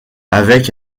avec